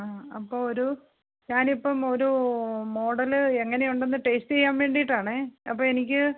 ആ അപ്പോൾ ഒരു ഞാനിപ്പം ഒരു മോഡല് എങ്ങനെയുണ്ടെന്ന് ടേസ്റ്റ് ചെയ്യാൻ വേണ്ടിയിട്ടാണെ അപ്പോൾ എനിക്ക്